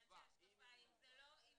זה עניין של השקפה.